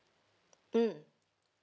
mm